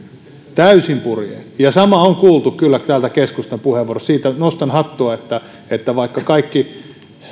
täysin purjein samaa on kuultu kyllä täältä keskustan puheenvuoroista siitä nostan hattua että että vaikka kaikki